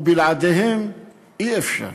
ובלעדיהם אי-אפשר.